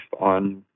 on